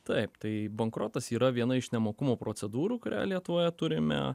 taip tai bankrotas yra viena iš nemokumo procedūrų kurią lietuvoje turime